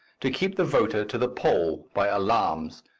to keep the voter to the poll by alarms,